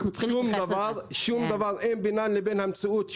שאין בינן לבין המציאות,